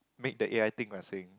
make the A_I thing lah saying